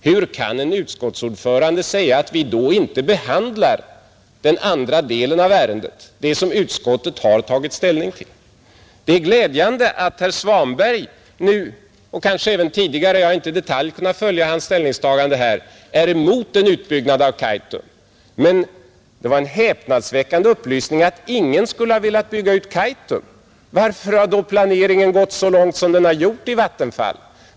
Hur kan en utskottsordförande säga att vi då inte behandlar den andra delen av ärendet, det som utskottet också har tagit ställning till? Det är glädjande att herr Svanberg nu och kanske även tidigare — jag har inte i detalj kunnat följa hans ställningstaganden — var emot en utbyggnad av Kaitum. Men det var en häpnadsväckande upplysning att ingen skulle ha velat bygga ut Kaitum. Varför har då planeringen gått så långt som den har gjort i Vattenfall?